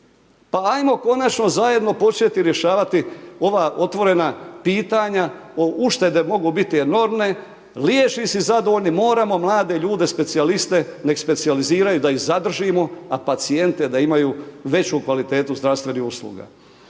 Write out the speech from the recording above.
Ajmo konačno zajedno početi rješavati ova otvorena pitanje, uštede mogu biti enormne, liječnici zadovoljni moramo mlade ljude, specijaliste, neka specijaliziraju da ih zadržimo, a pacijenti da imaju veću kvalitetu zdravstvenih usluga.